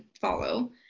follow